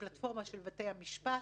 בפלטפורמה של בתי המשפט.